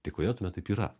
tai kodėl tuomet taip yra